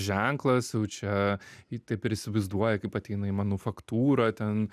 ženklas jau čia į taip ir įsivaizduoja kaip ateina į manufaktūrą ten